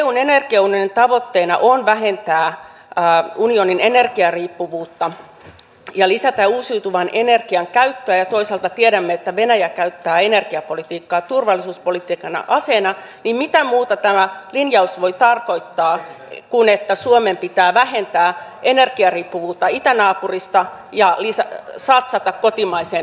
kun eun energiaunionin tavoitteena on vähentää unionin energiariippuvuutta ja lisätä uusiutuvan energian käyttöä ja toisaalta tiedämme että venäjä käyttää energiapolitiikkaa turvallisuuspolitiikan aseena niin mitä muuta tämä linjaus voi tarkoittaa kuin sitä että suomen pitää vähentää energiariippuvuutta itänaapurista ja satsata kotimaiseen uusiutuvaan energiaan